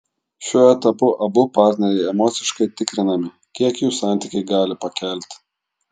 šiuo etapu abu partneriai emociškai tikrinami kiek jų santykiai gali pakelti